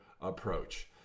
approach